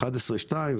11.2%,